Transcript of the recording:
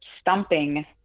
stumping